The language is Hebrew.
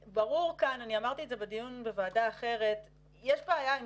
אמרתי בדיון בוועדה אחרת שיש בעיה עם